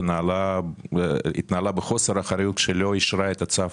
התנהלה בחוסר אחריות כשהיא לא אישרה את הצו